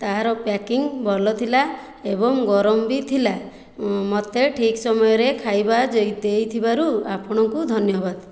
ତାହାର ପ୍ୟାକିଂ ଭଲ ଥିଲା ଏବଂ ଗରମ ବି ଥିଲା ମତେ ଠିକ୍ ସମୟରେ ଖାଇବା ଦେଇଥିବାରୁ ଆପଣଙ୍କୁ ଧନ୍ୟବାଦ